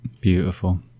Beautiful